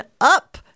up